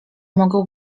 mogą